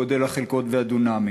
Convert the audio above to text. גודל החלקות והדונמים.